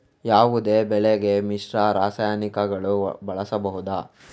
ಯಾವುದೇ ಬೆಳೆಗೆ ಮಿಶ್ರ ರಾಸಾಯನಿಕಗಳನ್ನು ಬಳಸಬಹುದಾ?